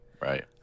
right